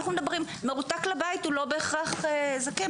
מרותק בית זה לאו בהכרח זקן,